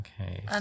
Okay